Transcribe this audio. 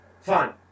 Fine